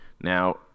Now